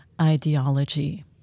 ideology